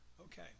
Okay